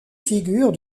figure